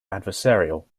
adversarial